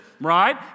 right